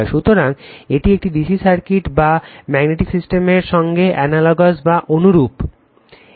সুতরাং এটি একটি DC সার্কিট যা ম্যাগনেটিক সিস্টেমের সঙ্গে অ্যানালগাস বা অনুরূপ